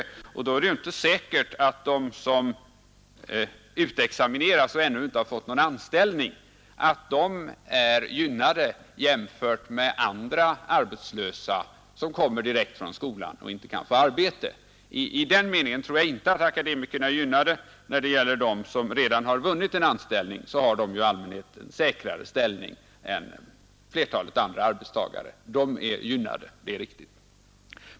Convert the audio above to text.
I så fall är det ju inte säkert att de som utexamineras och ännu inte har fått någon anställning är gynnade jämfört med andra arbetslösa som kommer direkt från skolan och inte kan få arbete. I den meningen tror jag inte att akademikerna är gynnade. När det gäller dem som redan har vunnit en anställning, så har de ju i allmänhet en säkrare ställning än flertalet andra arbetstagare. De är gynnade — det är riktigt.